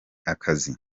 akazi